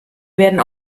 werden